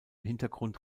hintergrund